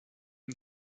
une